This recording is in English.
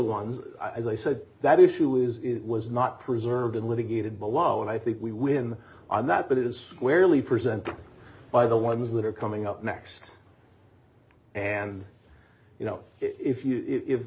ones as i said that issue is was not preserved and litigated below and i think we win on that but it is squarely presented by the ones that are coming up next and you know if you if